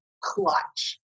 clutch